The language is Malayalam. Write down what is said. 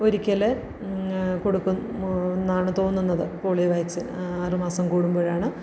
ഒരിക്കല് കൊടുക്കും ന്നാണ് തോന്നുന്നത് പോളിയോ വാക്സിൻ ആറ് മാസം കൂടുമ്പോഴാണ്